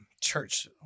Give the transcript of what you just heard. church